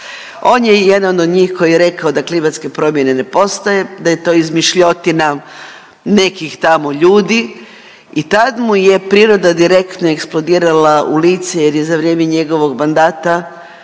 On je jedan od njih koji je rekao da klimatske promjene ne postoje, da je to izmišljotina nekih tamo ljudi i tad mu je priroda direktno eksplodirala u lice jer je za vrijeme njegovog mandata